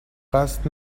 قصد